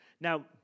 Now